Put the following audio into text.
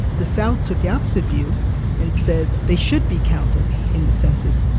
the south took the opposite view and said they should be counted in the census,